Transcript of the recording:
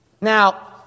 Now